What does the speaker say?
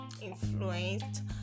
influenced